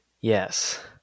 Yes